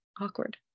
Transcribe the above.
awkward